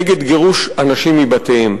נגד גירוש אנשים מבתיהם,